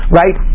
right